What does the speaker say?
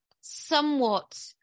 somewhat